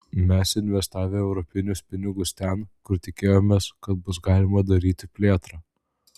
mes investavę europinius pinigus ten kur tikėjomės kad bus galima daryti plėtrą